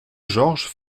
georges